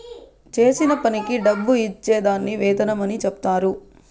చేసిన పనికి డబ్బు ఇచ్చే దాన్ని వేతనం అని చెప్తారు